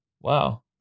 Wow